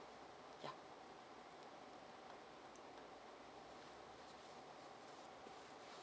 yup